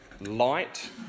light